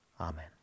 Amen